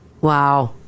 wow